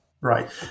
Right